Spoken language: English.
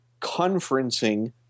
conferencing